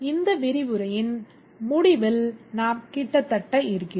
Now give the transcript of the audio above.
இந்த விரிவுரையின் முடிவில் நாம் கிட்டத்தட்ட இருக்கிறோம்